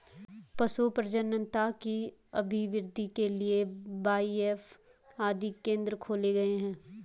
पशु प्रजननता की अभिवृद्धि के लिए बाएफ आदि केंद्र खोले गए हैं